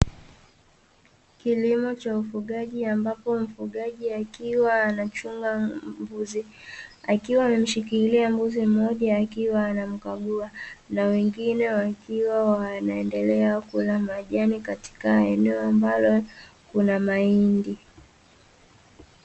Kilimo cha ufugaji ambapo mfugaji akiwa anachunga mbuzi, akiwa amemshikilia mbuzi mmoja akiwa anamkagua, na wengine wakiwa wanaendelea kula majani katika eneo ambalo kuna mahindi.